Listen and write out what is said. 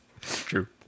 true